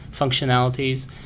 functionalities